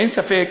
אין ספק